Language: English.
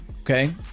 Okay